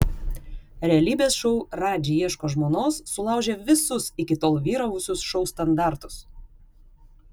realybės šou radži ieško žmonos sulaužė visus iki tol vyravusius šou standartus